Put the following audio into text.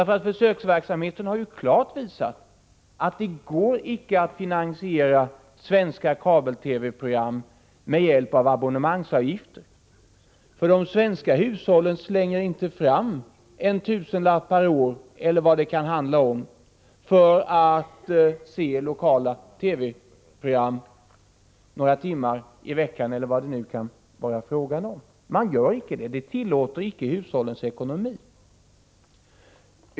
Försöksverksamheten har ju klart visat att det inte går att finansiera svenska kabel-TV-program med hjälp av abonnemangsavgifter. De svenska hushållen slänger inte fram en tusenlapp per år eller vad det kan handla om för att se lokala TV-program några timmar i veckan eller vad det nu kan vara fråga om. Det tillåter inte hushållens ekonomi.